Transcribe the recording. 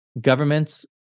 governments